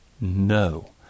No